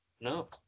no